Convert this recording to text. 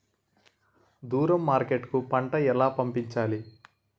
దూరం మార్కెట్ కు పంట ను ఎలా పంపించాలి?